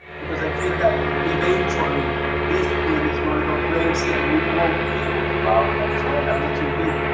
because i feel that eventually this thing is gonna go crazy, and we won't be able to go out of venezuela that would you be?